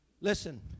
Listen